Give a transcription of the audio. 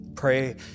Pray